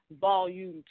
Volume